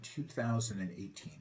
2018